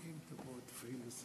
מוותר.